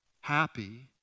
happy